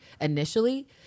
initially